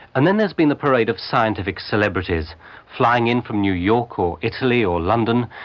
and then there's been the parade of scientific celebrities flying in from new york or italy or london,